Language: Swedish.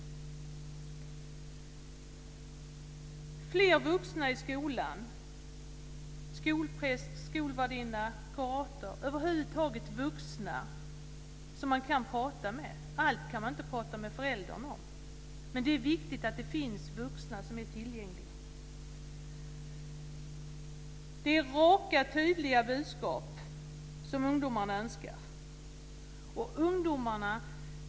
Det behövs fler vuxna i skolan - skolpräst, skolvärdinna, kurator, ja, över huvud taget vuxna - som man kan prata med. Man kan inte prata med föräldrarna om allting. Därför är det viktigt att det finns vuxna som är tillgängliga. Det är raka och tydliga budskap som ungdomarna önskar.